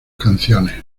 canciones